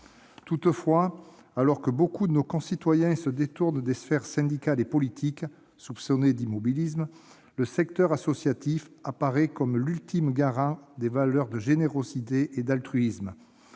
Toutefois, alors que nombre de nos concitoyens se détournent des sphères syndicales et politiques, soupçonnées d'immobilisme, le secteur associatif apparaît comme l'ultime garant des valeurs de générosité et d'altruisme.